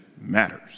matters